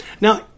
Now